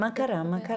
אנחנו בדקנו מול בתי